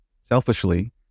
selfishly